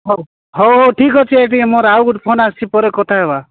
ହଉ ହଉ ହଉ ଠିକ୍ ଅଛି ଏ ଟିକେ ମୋର ଆଉ ଗୋଟେ ଫୋନ୍ ଆସିୁଛି ପରେ କଥା ହେବା